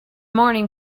morning